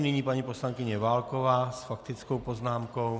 Nyní paní poslankyně Válková s faktickou poznámkou.